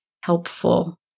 helpful